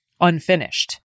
unfinished